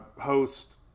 host